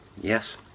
yes